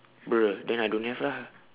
bruh then I don't have lah